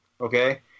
okay